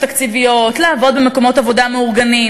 תקציביות ולעבוד במקומות עבודה מאורגנים.